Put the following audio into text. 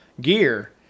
...gear